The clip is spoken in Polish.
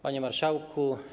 Panie Marszałku!